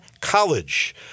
College